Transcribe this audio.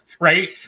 Right